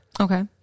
Okay